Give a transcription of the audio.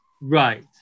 Right